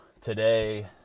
today